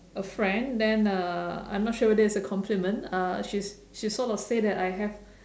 a friend then uh I'm not sure whether it's a compliment uh she she sort of say that I have